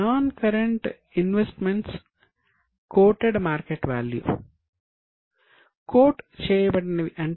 non current investments quoted market value అయినది